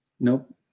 Nope